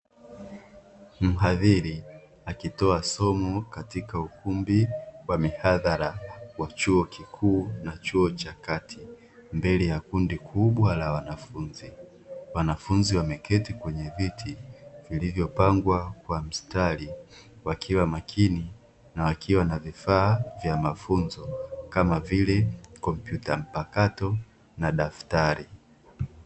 Mhadhiri akitoa somo katika ukumbi wa mihadhara wa chuo kikuu na chuo cha kati, mbele ya kundi kubwa la wanafunzi. Wanafunzi wameketi kwenye viti vilivyopangwa kwa mstari, wakiwa makini na wakiwa na vifaa vya mafunzo kama vile kompyuta mpakato na daftari.